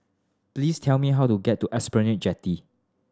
please tell me how to get to Esplanade Jetty